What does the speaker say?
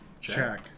Check